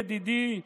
ידידי,